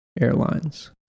Airlines